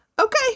okay